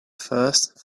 first